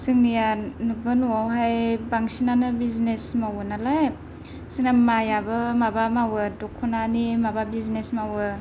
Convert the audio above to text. जोंनियाबो न'आवहाय बांसिनानो बिजिनेस मावयो नालाय जोंना मायाबो माबा मावयो द'खनानि माबा बिजिनेस मावयो